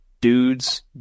dudes